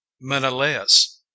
Menelaus